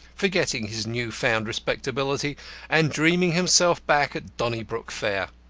forgetting his new-found respectability and dreaming himself back at donnybrook fair.